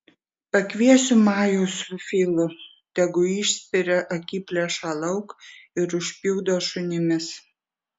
pakviesiu majų su filu tegu išspiria akiplėšą lauk ir užpjudo šunimis